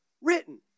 written